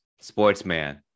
sportsman